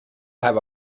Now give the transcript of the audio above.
have